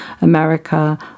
America